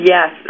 Yes